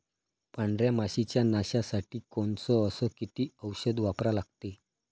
पांढऱ्या माशी च्या नाशा साठी कोनचं अस किती औषध वापरा लागते?